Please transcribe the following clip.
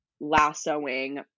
lassoing